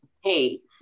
hey